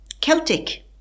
Celtic